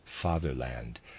fatherland